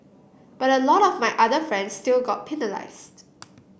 but a lot of my other friends still got penalised